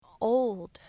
Old